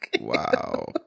Wow